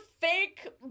fake